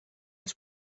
als